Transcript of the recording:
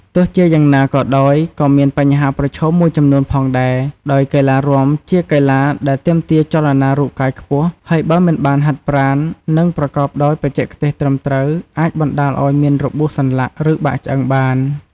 ទោះជាយ៉ាងណាក៏ដោយក៏មានបញ្ហាប្រឈមមួយចំនួនផងដែរ ដោយកីឡរាំជាកីឡាដែលទាមទារចលនារូបកាយខ្ពស់ ហើយបើមិនបានហាត់ប្រាណ និងប្រកបដោយបច្ចេកទេសត្រឹមត្រូវ អាចបណ្តាលឲ្យមានរបួសសន្លាក់ ឬបាក់ឆ្អឹងបាន។